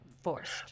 forced